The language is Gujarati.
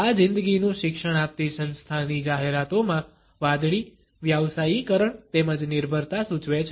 આ જીંદગીનુ શિક્ષણ આપતી સંસ્થાની જાહેરાતોમાં વાદળી વ્યાવસાયીકરણ તેમજ નિર્ભરતા સૂચવે છે